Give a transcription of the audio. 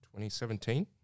2017